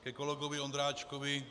Ke kolegovi Ondráčkovi.